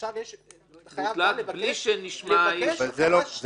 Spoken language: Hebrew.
ועכשיו חייב בא לבקש החלטה שנייה.